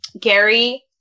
Gary